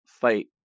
fight